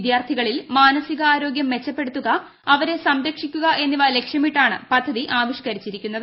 വിദ്യാർത്ഥികളിൽ മാനസിക ആരോഗ്യം മെച്ചപ്പെടുത്തുക അവരെ സംരക്ഷിക്കുക എന്നിവ ലക്ഷ്യമിട്ടാണ് പദ്ധതി ആവിഷ്ക്കരിച്ചിരിക്കുന്നത്